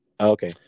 Okay